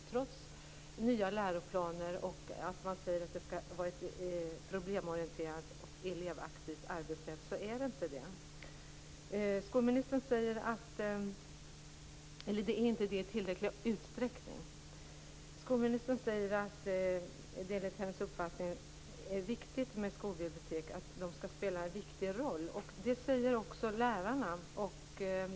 Trots nya läroplaner och att man säger att det skall vara ett problemorienterat och elevaktivt arbetssätt är det inte det i tillräcklig utsträckning. Skolministern säger att det enligt hennes uppfattning är viktigt med skolbibliotek och att de skall spela en viktig roll. Det säger också lärarna.